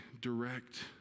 direct